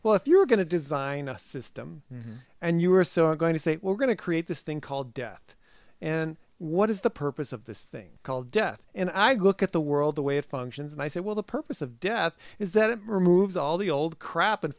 well if you were going to design a system and you were so i'm going to say we're going to create this thing called death and what is the purpose of this thing called death and i go look at the world the way it functions and i say well the purpose of death is that it removes all the old crap and